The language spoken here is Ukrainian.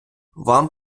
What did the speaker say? вам